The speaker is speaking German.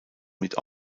mit